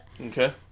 Okay